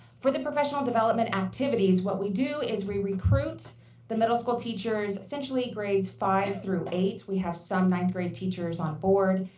for the professional development activities, what we do is we recruit the middle school teachers, essentially grades five eight. we have some ninth grade teachers on board.